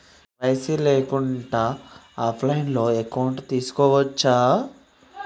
KYC లేకుండా కూడా offline account తీసుకోవచ్చా?